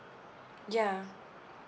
yeah